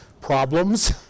problems